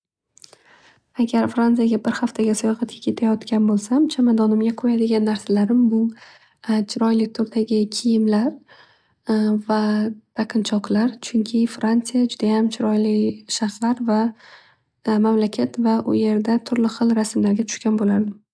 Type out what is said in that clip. Agar fransiyaga bir haftaga sayohatga ketayotgan bo'lsam chamadonimga qo'yadigan narsalarim bu chiroyli turdagi kiyimlar va taqinchiqlar. Chunki fransiya judayam chiroyli shahar va mamlakat va u yerda turli xil rasmlarga tushgan bo'lardim.